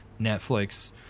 Netflix